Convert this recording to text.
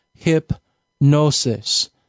Hypnosis